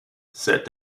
c’est